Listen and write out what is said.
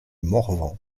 morvan